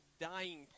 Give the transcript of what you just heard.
dying